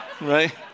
right